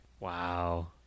Wow